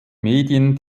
medien